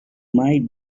might